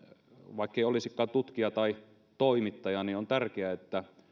vaikkei olisikaan tutkija tai toimittaja on